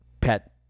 pet